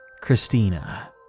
Christina